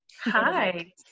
Hi